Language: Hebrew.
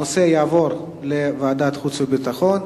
הנושא יעבור לוועדת החוץ והביטחון.